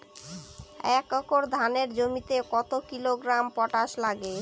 এক একর ধানের জমিতে কত কিলোগ্রাম পটাশ লাগে?